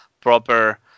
proper